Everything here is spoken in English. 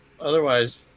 Otherwise